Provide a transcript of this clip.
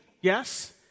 yes